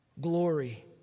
Glory